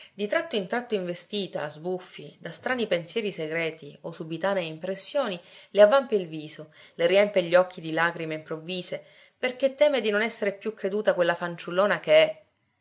di tratto in tratto investita a sbuffi da strani pensieri segreti o subitanee impressioni le avvampa il viso le riempie gli occhi di lagrime improvvise perché teme di non esser più creduta quella fanciullona che è